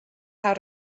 how